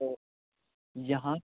तो यहाँ